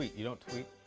you don't tweet?